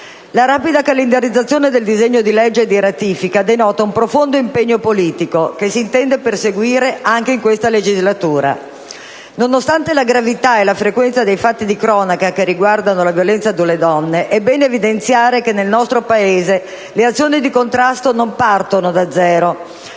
La rapida calendarizzazione del disegno di legge di ratifica denota un profondo impegno politico, che si intende perseguire anche in questa legislatura. Nonostante la gravità e la frequenza dei fatti di cronaca che riguardano la violenza sulla donne è bene evidenziare che, nel nostro Paese, le azioni di contrasto non partono da zero,